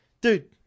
dude